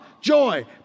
joy